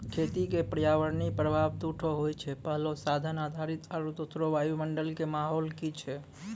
खेती क पर्यावरणीय प्रभाव दू ठो होय छै, पहलो साधन आधारित आरु दोसरो वायुमंडल कॅ माहौल की छै